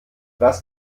was